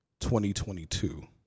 2022